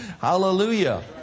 Hallelujah